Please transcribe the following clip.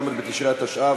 ל' בתשרי התשע"ו,